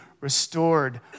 restored